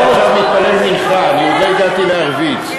אני עכשיו מתפלל מנחה, אני עוד לא הגעתי לערבית.